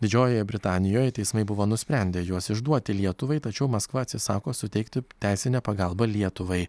didžiojoje britanijoje teismai buvo nusprendę juos išduoti lietuvai tačiau maskva atsisako suteikti teisinę pagalbą lietuvai